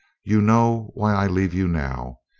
you know why i leave you now.